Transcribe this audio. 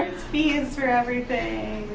fees for everything.